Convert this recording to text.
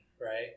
Right